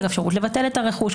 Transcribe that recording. אפשרות לבטל את הרכוש,